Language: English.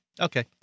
Okay